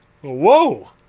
Whoa